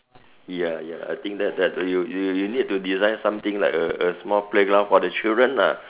ya ya I think that that you you you need to design something like a a small playground for the children lah